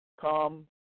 come